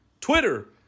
Twitter